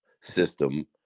system